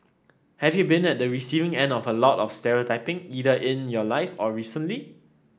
have you been at the receiving end of a lot of stereotyping either in your life or recently